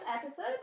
episode